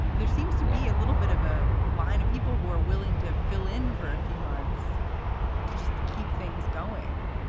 and there seems to be a little bit of a line of people who are willing to fill in for a few months to just keep things going.